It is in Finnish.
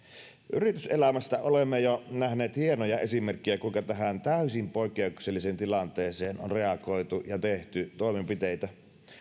yrityselämästä olemme jo nähneet hienoja esimerkkejä kuinka tähän täysin poikkeukselliseen tilanteeseen on reagoitu ja tehty toimenpiteitä